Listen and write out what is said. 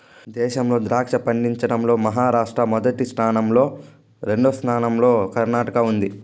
దేశంలో ద్రాక్ష పండించడం లో మహారాష్ట్ర మొదటి స్థానం లో, రెండవ స్థానం లో కర్ణాటక ఉంది